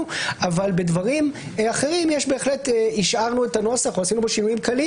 אבל בדברים אחרים בהחלט השארנו את הנוסח או עשינו בו שינויים קלים